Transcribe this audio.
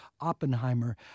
Oppenheimer